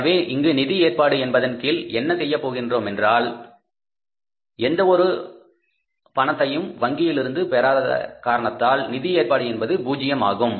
எனவே இங்கு நிதி ஏற்பாடு என்பதன் கீழ் என்ன செய்யப் போகின்றோம் என்றால் எந்த ஒரு பனத்தையும் வங்கியிலிருந்து பெறாத காரணத்தால் நிதி ஏற்பாடு என்பது பூஜ்யம் ஆகும்